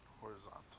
Horizontal